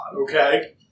Okay